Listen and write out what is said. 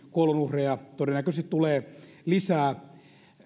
kuolonuhreja todennäköisesti tulee lisää